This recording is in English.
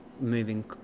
moving